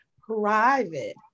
private